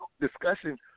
Discussion